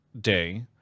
day